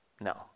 No